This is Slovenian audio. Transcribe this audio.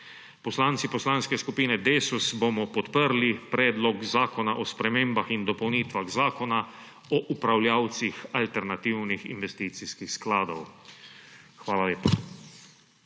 Poslanci Poslanske skupine Desus bomo podprli Predlog zakona o spremembah in dopolnitvah Zakona o upravljavcih alternativnih investicijskih skladov. Hvala lepa.